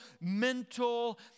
mental